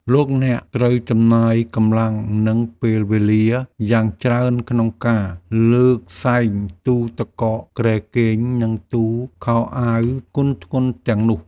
លោកអ្នកត្រូវចំណាយកម្លាំងនិងពេលវេលយ៉ាងច្រើនក្នុងការលើកសែងទូទឹកកកគ្រែគេងនិងទូខោអាវធ្ងន់ៗទាំងនោះ។